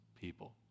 people